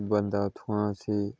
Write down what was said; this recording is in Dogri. बंदा उत्थुआं उसी